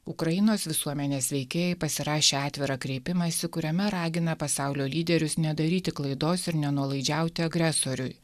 ukrainos visuomenės veikėjai pasirašė atvirą kreipimąsi kuriame ragina pasaulio lyderius nedaryti klaidos ir ne nuolaidžiauti agresoriui